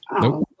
Nope